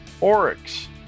oryx